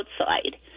outside